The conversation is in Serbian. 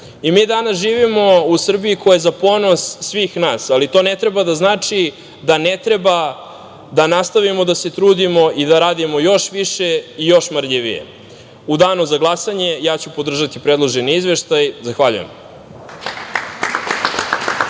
danas živimo u Srbiji koja je za ponos svih nas, ali to ne treba da znači da ne treba da nastavimo da se trudimo i da radimo još više i još marljivije. U danu za glasanje ću podržati predloženi izveštaj. Hvala.